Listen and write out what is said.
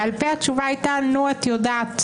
בעל פה, התשובה הייתה: נו, את יודעת.